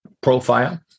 profile